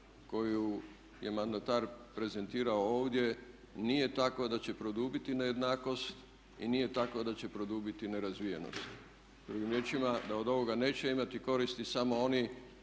koju je mandatar prezentirao ovdje nije takva da će produbiti nejednakost i nije takva da će produbiti nerazvijenost. Drugim riječima da od ovoga neće imati koristi samo oni